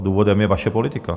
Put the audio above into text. Důvodem je vaše politika.